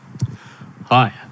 Hi